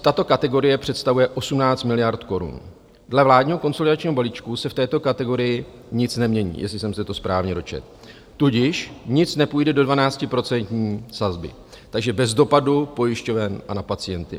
Tato kategorie představuje 18 miliard korun, dle vládního konsolidačního balíčku se v této kategorii nic nemění, jestli jsem se to správně dočetl, tudíž nic nepůjde do dvanáctiprocentní sazby, takže bez dopadu pojišťoven a na pacienty.